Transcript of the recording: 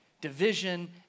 Division